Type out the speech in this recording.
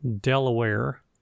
Delaware